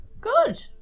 good